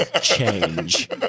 change